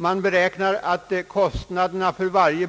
Man beräknar att samhällets och kommunernas kostnader för varje